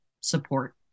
support